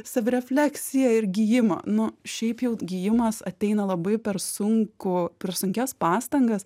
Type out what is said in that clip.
savirefleksiją ir gijimą nu šiaip jau gijimas ateina labai per sunkų per sunkias pastangas